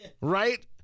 right